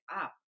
up